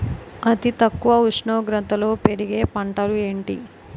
అతి తక్కువ ఉష్ణోగ్రతలో పెరిగే పంటలు ఏంటి?